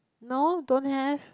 no don't have